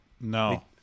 No